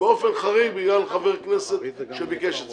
באופן חריג, בגלל חבר כנסת שביקש את זה.